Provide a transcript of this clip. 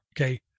Okay